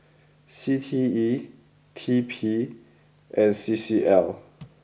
C T E T P and C C L